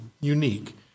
unique